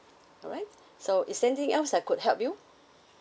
alright so is there anything else I could help you